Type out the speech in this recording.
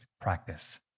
practice